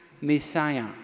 Messiah